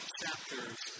chapters